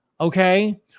okay